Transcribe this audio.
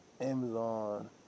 Amazon